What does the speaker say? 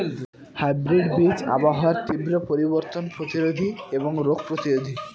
hybrid বীজ আবহাওয়ার তীব্র পরিবর্তন প্রতিরোধী এবং রোগ প্রতিরোধী